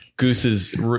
Goose's